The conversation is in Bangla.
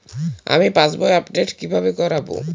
আমি পাসবই আপডেট কিভাবে করাব?